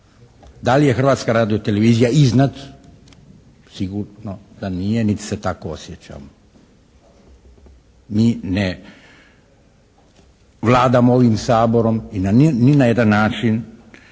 Da li je Hrvatska radio-televizija iznad? Sigurno da nije niti se tako osjećamo. Mi ne vladamo ovim Saborom i ni na jedan način